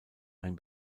ein